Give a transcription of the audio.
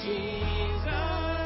Jesus